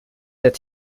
their